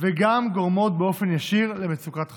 וגם גורמות באופן ישיר למצוקת חניה.